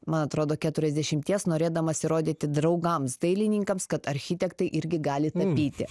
man atrodo keturiasdešimties norėdamas įrodyti draugams dailininkams kad architektai irgi gali tapyti